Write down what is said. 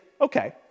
okay